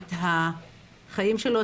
ואת החיים שלו,